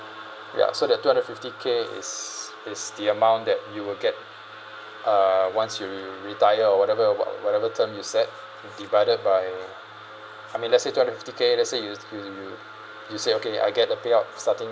ya so that two hundred fifty K is is the amount that you will get uh once you retire or whatever what whatever term you said and divided by I mean let's say two hundred fifty K let's say you you you you say okay I get a payout starting